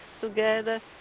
together